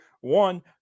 one